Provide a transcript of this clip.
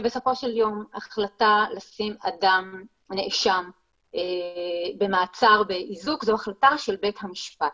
שבסופו של יום החלטה לשים נאשם במעצר באיזוק זו החלטה של בית המשפט.